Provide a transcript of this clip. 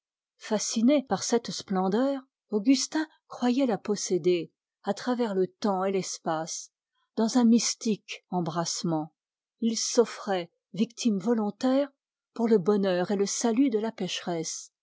fasciné par cette splendeur augustin croyait la posséder à travers le temps et l'espace dans un sublime embrassement pour le salut de la pécheresse